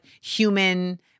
human